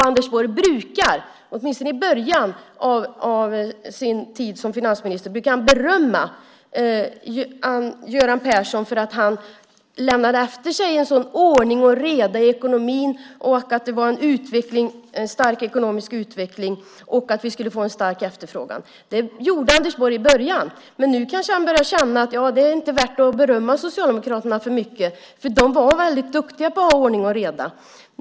Anders Borg brukade åtminstone i början av sin tid som finansminister berömma Göran Persson för att han lämnade efter sig sådan ordning och reda i ekonomin, att det var en stark ekonomisk utveckling och att vi skulle få en stark efterfrågan. Det gjorde Anders Borg i början. Men nu kanske han börjar känna att det inte är värt att berömma Socialdemokraterna för mycket för de var väldigt duktiga på att ha ordning och reda.